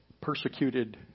persecuted